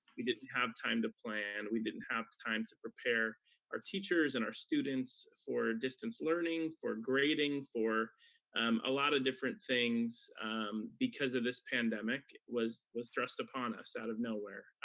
we didn't have time to plan. we didn't have time to prepare our teachers and our students for distance learning, for grading, for um a lot of different things because of this pandemic, was was thrust upon us out of nowhere.